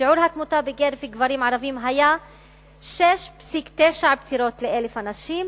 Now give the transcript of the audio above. שיעור התמותה בקרב גברים ערבים היה 6.9 פטירות ל-1,000 אנשים,